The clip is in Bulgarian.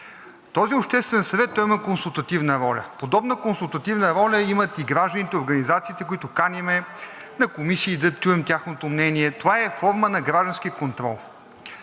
Този обществен съвет има консултативна роля. Подобна консултативна роля имат и гражданите и организациите, които каним на комисии, за да чуем тяхното мнение. Това е форма на граждански контрол.